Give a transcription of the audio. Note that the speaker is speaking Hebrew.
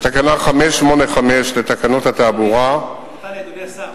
בתקנה 585 לתקנות התעבורה, סליחה, אדוני השר,